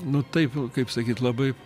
nu taip kaip sakyt labai